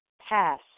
pass